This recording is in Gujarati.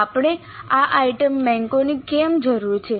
આપણને આ આઇટમ બેંકોની કેમ જરૂર છે